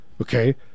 Okay